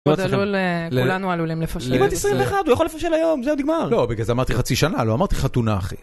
כולנו עלולים לפה של היום. אני בת 21, הוא יכול לפה של היום, זהו, נגמר. לא, בגלל זה אמרתי חצי שנה, לא אמרתי חתונה, אחי.